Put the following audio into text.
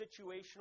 situational